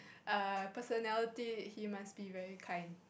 err personality he must be very kind